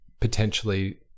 potentially